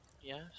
yes